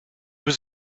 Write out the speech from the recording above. was